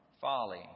folly